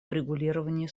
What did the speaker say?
урегулировании